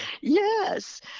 Yes